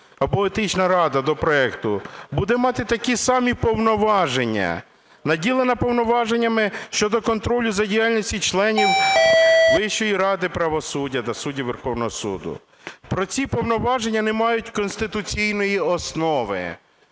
або Етична рада до проекту буде мати такі самі повноваження, наділена повноваженнями щодо контролю за діяльністю членів Вищої ради правосуддя та суддів Верховного Суду. Проте ці повноваження не мають конституційної основи.